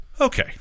Okay